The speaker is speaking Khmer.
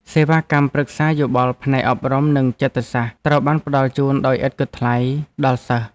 សេវាកម្មប្រឹក្សាយោបល់ផ្នែកអប់រំនិងចិត្តសាស្ត្រត្រូវបានផ្តល់ជូនដោយឥតគិតថ្លៃដល់សិស្ស។